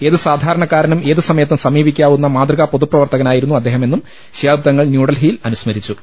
ഏത് സാധാരണക്കാരനും ഏത് സമയത്തും സമീപി ക്കാവുന്ന മാതൃകാ പൊതുപ്രവർത്തകനായിരുന്നു അദ്ദേഹ മെന്നും ശിഹാബ് തങ്ങൾ ന്യൂഡൽഹിയിൽ അനുസ്മരിച്ചു